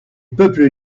peuples